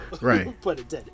right